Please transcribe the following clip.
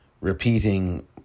repeating